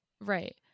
Right